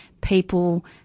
people